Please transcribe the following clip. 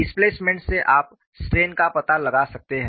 displacement से आप strain का पता लगा सकते हैं